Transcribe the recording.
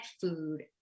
food